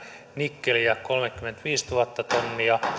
nikkeliä kolmekymmentäviisituhatta tonnia